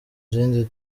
zindi